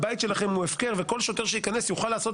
הבית שלכם הוא הפקר וכל שוטר שייכנס יוכל לעשות